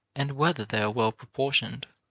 and whether they are well proportioned.